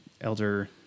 Elder